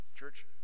Church